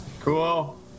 Cool